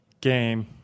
game